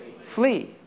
Flee